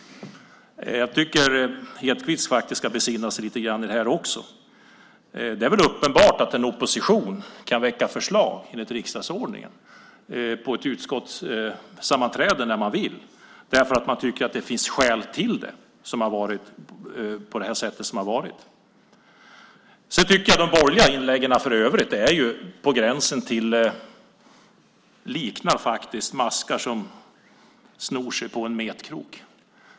Jag tycker att Lennart Hedquist ska besinna sig lite grann i det här också. Det är väl uppenbart att en opposition enligt riksdagsordningen kan väcka förslag när man vill på ett utskottssammanträde, om man tycker att det finns skäl till det. Jag tycker att de borgerliga inläggen för övrigt har varit på gränsen till att likna maskar som snor sig på en metkrok.